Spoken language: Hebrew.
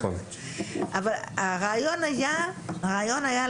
על השיקולים שוועדת הקבלה רשאית לשקול כדי לסרב